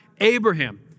Abraham